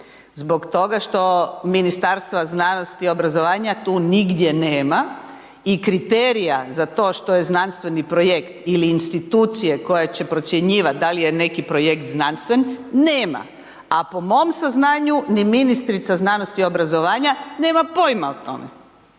zbog toga što Ministarstva znanosti, obrazovanja tu nigdje nema i kriterija za to što je znanstveni projekt ili institucije koje će procjenjivati da li je neki projekt znanstven nema. A po mom saznanju ni ministrica znanosti i obrazovanja nema pojma o tome,